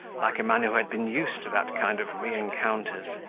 like a man who had been used to that kind of reencounters,